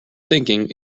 thinking